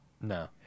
No